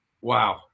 Wow